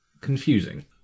confusing